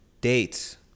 dates